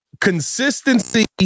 consistency